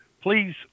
please